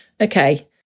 Okay